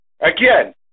Again